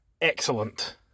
excellent